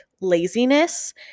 laziness